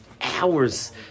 hours